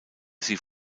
sie